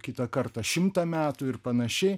kitą kartą šimtą metų ir panašiai